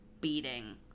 beating